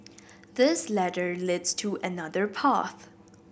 this ladder leads to another path